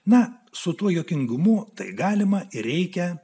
na su tuo juokingumu tai galima ir reikia